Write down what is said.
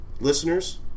listeners